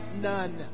none